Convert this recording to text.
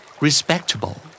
Respectable